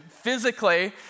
physically